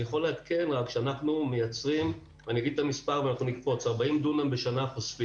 אני יכול רק לעדכן שאנחנו חושפים 40 דונם בשנה.